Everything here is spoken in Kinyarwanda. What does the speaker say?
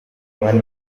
mani